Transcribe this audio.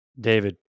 David